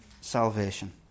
salvation